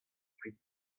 kuit